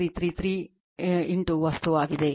333 ವಸ್ತುವಾಗಿದೆ